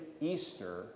Easter